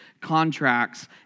contracts